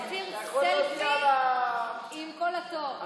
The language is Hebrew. לאופיר סלפי עם "קול התור".